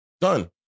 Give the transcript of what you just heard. Done